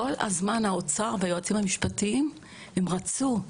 וכל הזמן האוצר והיועצים המשפטיים רצו בהצעה,